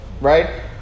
right